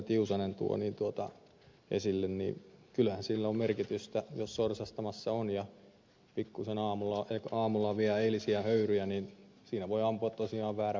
tiusanen toi esille kyllähän sillä on merkitystä että jos sorsastamassa on ja pikkuisen aamulla on vielä eilisiä höyryjä niin siinä voi ampua tosiaan väärän värisen sorsan